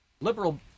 Liberal-